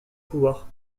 pouvoir